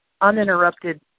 uninterrupted